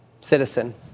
citizen